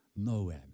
Noam